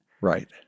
Right